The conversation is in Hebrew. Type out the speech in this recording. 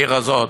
בעיר הזאת,